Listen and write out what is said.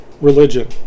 religion